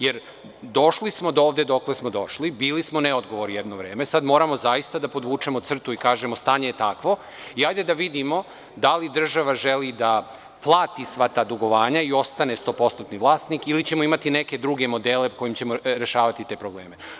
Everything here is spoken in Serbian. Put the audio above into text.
Jer, došli smo dovde, dokle smo došli, bili smo neodgovorni jedno vreme, sad moramo zaista da podvučemo crtu i kažemo – stanje je takvo i hajde da vidimo da li država želi da plati sva ta dugovanja i ostane stopostotni vlasnik, ili ćemo imati neke druge modele kojima ćemo rešavati te probleme.